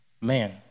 Man